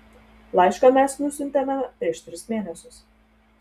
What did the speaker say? laišką mes nusiuntėme prieš tris mėnesius